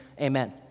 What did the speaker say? amen